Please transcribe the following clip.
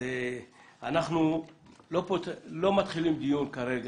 אנחנו לא מתחילים דיון כרגע,